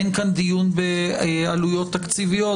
אין כאן דיון בעלויות תקציביות,